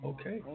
Okay